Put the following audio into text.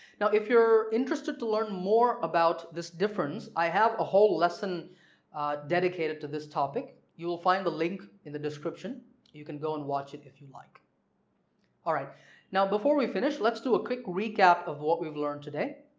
now if you're interested to learn more about this difference i have a whole lesson dedicated to this topic you'll find the link in the description you can go and watch it if you like alright now before we finish let's do a quick recap of what we've learned today.